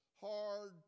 hard